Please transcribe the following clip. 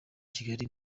kigali